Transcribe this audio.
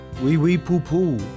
wee-wee-poo-poo